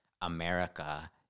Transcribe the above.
America